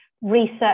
research